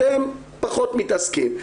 אתם פחות מתעסקים,